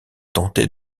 tenter